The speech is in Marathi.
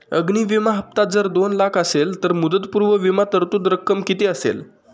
अग्नि विमा हफ्ता जर दोन लाख असेल तर मुदतपूर्व विमा तरतूद रक्कम किती असेल?